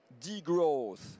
degrowth